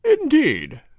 Indeed